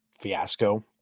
fiasco